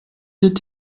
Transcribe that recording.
did